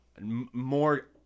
more